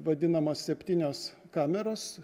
vadinamos septynios kameros